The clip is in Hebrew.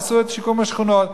עשו את שיקום השכונות.